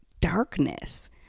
darkness